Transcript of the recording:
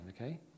okay